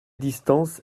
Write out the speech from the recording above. distance